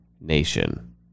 nation